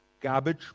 garbage